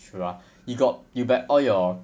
true ah you got you got all your